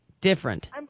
different